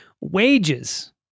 Wages